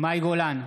מאי גולן,